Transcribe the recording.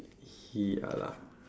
ya lah